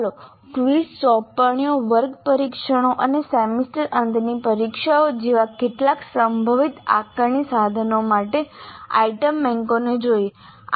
ચાલો ક્વિઝ સોંપણીઓ વર્ગ પરીક્ષણો અને સેમેસ્ટર અંતની પરીક્ષાઓ જેવા કેટલાક સંભવિત આકારણી સાધનો માટે આઇટમ બેન્કોને જોઈએ